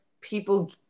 people